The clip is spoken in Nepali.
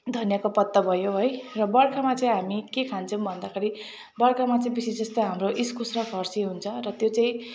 धनियाँको पत्ता भयो है र बर्खामा चाहिँ हामी के खान्छौँ भन्दाखेरि बर्खामा चाहिँ बेसी जस्तो हाम्रो इस्कुस र फर्सी हुन्छ र त्यो चाहिँ